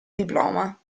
diploma